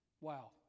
Wow